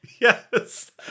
Yes